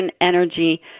Energy